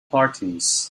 parties